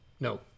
No